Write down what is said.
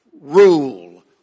rule